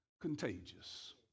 contagious